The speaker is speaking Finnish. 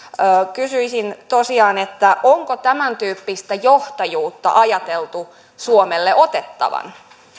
kysyisin tosiaan onko tämäntyyppistä johtajuutta ajateltu suomelle otettavan